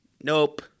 nope